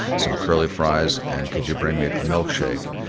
some curly fries? and could you bring me a milkshake?